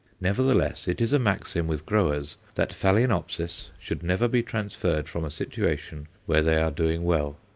nevertheless, it is a maxim with growers that phaloenopsis should never be transferred from a situation where they are doing well.